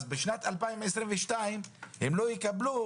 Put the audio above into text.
אז בשנת 2022 הם לא יקבלו